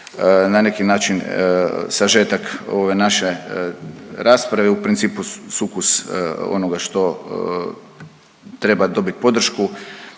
na neki način sažetak ove naše rasprave, u principu sukus onoga što treba dobit podršku